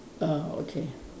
ah okay